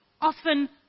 often